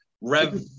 rev